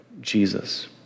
Jesus